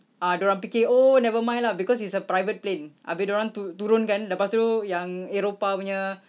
ah dia orang fikir oh never mind lah because it's a private plane habis dia orang tu~ turun kan lepas tu yang eropah punya